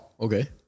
Okay